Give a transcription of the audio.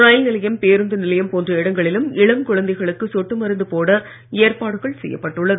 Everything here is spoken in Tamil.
ரயில் நிலையம் பேருந்து நிலையம் போன்ற இடங்களிலும் இளம் குழந்தைகளுக்கு சொட்டு போட ஏற்பாடுகள் செய்யப்பட்டுள்ளது